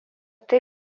tai